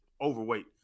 overweight